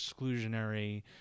exclusionary